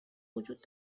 وجود